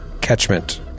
catchment